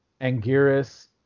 Angiris